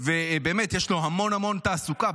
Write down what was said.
ובאמת יש לו המון המון תעסוקה,